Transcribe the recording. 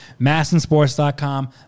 massinsports.com